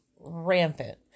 rampant